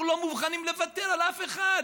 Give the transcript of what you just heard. אנחנו לא מוכנים לוותר על אף אחד.